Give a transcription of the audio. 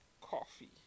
coffee